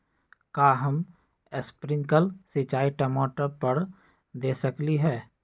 का हम स्प्रिंकल सिंचाई टमाटर पर दे सकली ह?